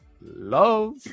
Love